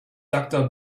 doctor